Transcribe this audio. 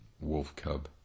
wolf-cub